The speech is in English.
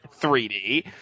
3D